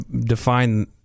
define